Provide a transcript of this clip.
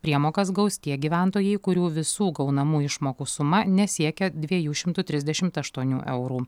priemokas gaus tie gyventojai kurių visų gaunamų išmokų suma nesiekia dviejų šimtų trisdešimt aštuonių eurų